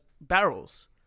barrels